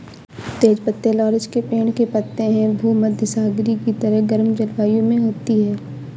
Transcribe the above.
तेज पत्ते लॉरेल के पेड़ के पत्ते हैं भूमध्यसागरीय की तरह गर्म जलवायु में होती है